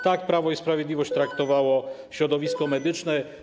Tak Prawo i Sprawiedliwość traktowało środowisko medyczne.